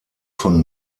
von